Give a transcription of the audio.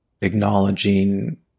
acknowledging